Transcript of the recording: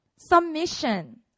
Submission